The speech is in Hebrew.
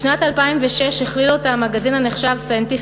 בשנת 2006 הכליל אותה המגזין הנחשב "Scientific